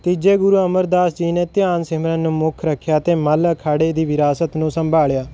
ਤੀਜੇ ਗੁਰੂ ਅਮਰਦਾਸ ਜੀ ਨੇ ਧਿਆਨ ਸਿਮਰਨ ਮੁੱਖ ਰੱਖਿਆ ਤੇ ਮੱਲ ਅਖਾੜੇ ਦੀ ਵਿਰਾਸਤ ਨੂੰ ਸੰਭਾਲਿਆ